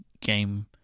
game